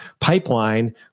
pipeline